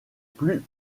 plus